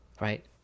right